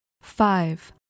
five